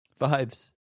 Vibes